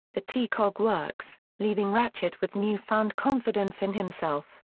the t-cog works, leaving ratchet with newfound confidence in himself.